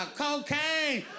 cocaine